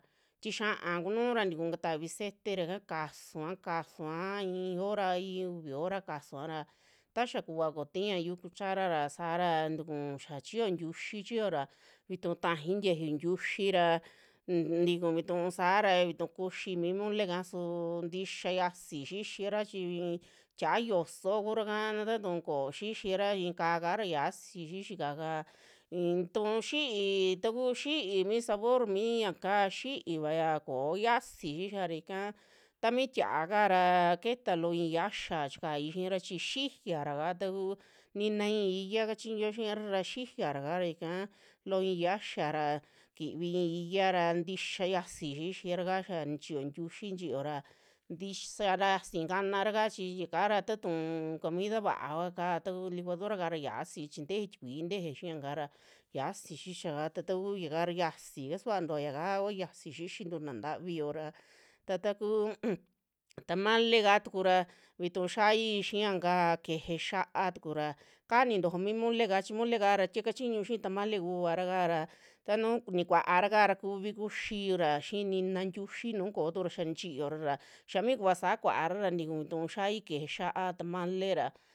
Tixia'a kunura tuku katavi cete ra ika kasua, kasua a i'i hrora, a i'i uvi hora kasuara ta yaa kuva ko'otika yu'u cuchara ra saara tiku xaa chiiyo ntiuxi chiiyo ra vituu tajai ntiayu ntiuxi ra, n- tiku vituu saara vitu kuxii mi moleka suu ntixa yasii xixira chi tia'a yoso kuraka taatu koxixira i'i ka'á kara xiasi xixi ka'á ka i'in tuu xi'i, taku xi'i mi sabor mi yaka xijivaya koo yasi xixia, ra ika taa mi tia'a kara ketaa loo ixii xiayia chikai xiira chi xijiyara ka taku nina ixii iyia kachiño xiira ra xijiyaraka ika loo ixii xiayia ra kivi ixii iyia ra ntixia yasii xixiraka, xaa nichiyo ntiuxi, nichiyo ra tisa kaa xiasi kanara kaa chi yakaara takuu comida va'a vaka taku licuadoraka ra xiasi chi teje tikui, teje xiaa kara xiasi xixia ka takuu ya kaara xiasi kasuantua, ya kaa kua xiasi xixintu na'a ntavi yoo ra, ta takuu tamaleka tukura vitu xiaii xiaa kaa keje xá'a tukura, kaa nitojo mi mole kaa chi mole kara tie kachiñu xii tamale kuara ra tanuu nikuuara kara kuvi kuxiura xii nina ntiuxi nuu ko'otu ra xaa nichiyora ra xaa mi kuva saa kua'ara ra tiku vitu xiaai keje xá'a tamale ra.